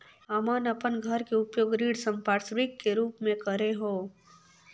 हमन अपन घर के उपयोग ऋण संपार्श्विक के रूप म करे हों